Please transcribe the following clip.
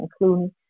including